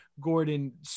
Gordon